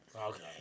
Okay